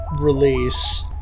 release